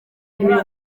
muri